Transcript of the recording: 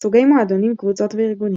סוגי מועדונים, קבוצות וארגונים